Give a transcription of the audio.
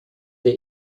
der